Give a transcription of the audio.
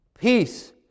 peace